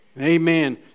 Amen